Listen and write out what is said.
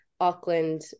Auckland